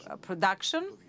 production